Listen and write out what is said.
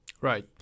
Right